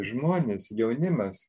žmonės jaunimas